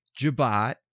Jabat